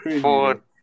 four